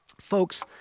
Folks